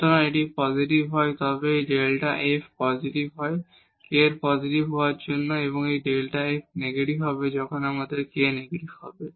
সুতরাং যদি এটি পজিটিভ হয় তবে এই ডেল্টা f পজিটিভ হয় k এর পজিটিভ হবার জন্য এবং এই ডেল্টা f নেগেটিভ হবে যখন আমাদের k নেগেটিভ হবে